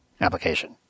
application